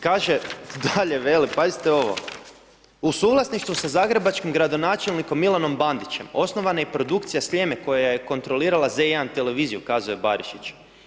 Kaže dalje veli, pazite ovo, u suvlasništvu sa zagrebačkim gradonačelnikom Milanom Bandićem osnovana je i produkcija Sljeme koja je kontrolirala Z1 televiziju, kazao je Barišić.